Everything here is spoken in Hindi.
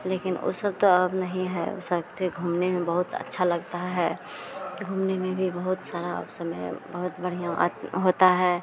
लेकिन वह सब तो अब नहीं है वह सब तो घूमने में बहुत अच्छा लगता है घूमने में भी बहुत सारा अब समय बहुत बढ़ियाँ होता है